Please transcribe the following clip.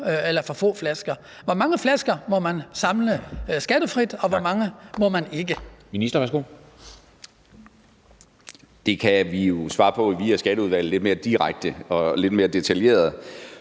eller for få flasker. Hvor mange flasker må man samle skattefrit, og hvor mange må man ikke?